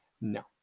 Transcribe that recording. No